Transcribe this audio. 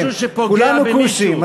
כולנו כושים.